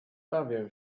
bawię